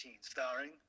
starring